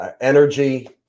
Energy